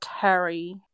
Terry